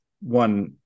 One